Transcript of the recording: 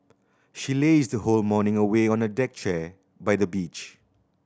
she lazed the whole morning away on a deck chair by the beach